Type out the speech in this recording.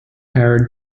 her